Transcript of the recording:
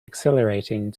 exhilarating